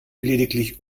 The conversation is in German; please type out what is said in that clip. lediglich